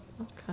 okay